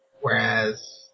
Whereas